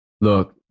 look